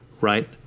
right